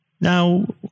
now